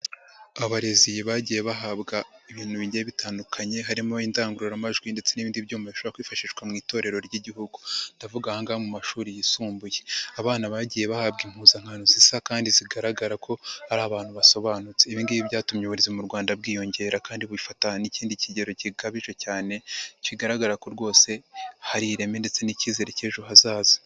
Abarezi bagiye bahabwa ibintu bigiye bitandukanye, harimo indangururamajwi ndetse n'ibindi byuma bishobora kwifashishwa mu itorero ry'igihugu, ndavuga ahangaha mu mashuri yisumbuye abana bagiye bahabwa impuzankano zisa kandi zigaragara ko hari abantu basobanutse. Ibingibi byatumye uburezi mu Rwanda bwiyongera kandi bufata n'idi kigero gikabije cyane, kigaragara ko rwose hari ireme ndetse n'icyizere cy'ejo hazaza.